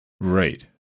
Right